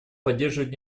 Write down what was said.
поддерживает